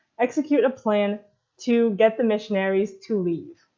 execute a plan to get the missionaries to leave.